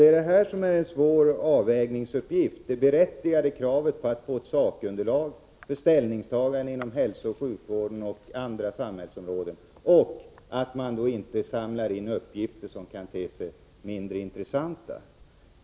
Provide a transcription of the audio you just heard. Här uppkommer en svår avvägning, mellan det berättigade kravet på sakunderlag vid ställningstaganden inom hälsooch sjukvården och på andra samhällsområden och vikten av att inte samla in uppgifter som kan te sig mindre intressanta.